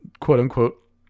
quote-unquote